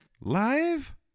live